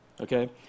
Okay